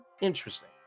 Interesting